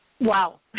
Wow